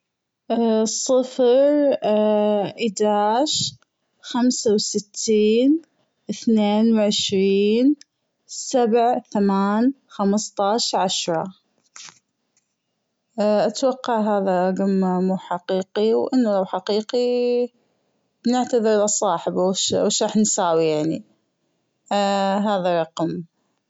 صفر حداش خمس وستين أثنين وعشرين سبعة ثمان خمستاش عشرة اتوقع هذا رجم مو حقيقي وأنه لو حقيقي بنعتذر لصاحبه شو راح نساوي يعني هذا رقم.